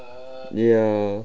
ya